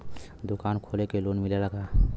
दुकान खोले के लोन मिलेला का?